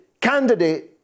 candidate